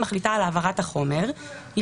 שמדבר על זה שיועבר רק חומר שהוא חיוני להגנת הנאשם,